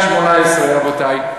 באמצע תפילת שמונה-עשרה, רבותי,